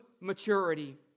maturity